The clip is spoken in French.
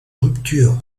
rupture